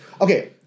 Okay